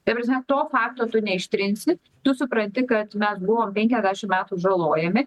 ta prasme to fakto tu neištrinsi tu supranti kad mes buvom penkiasdešim metų žalojami